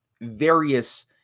various